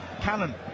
Cannon